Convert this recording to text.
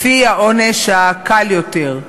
לפי העונש הקל יותר.